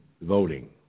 voting